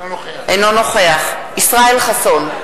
אינו נוכח ישראל חסון,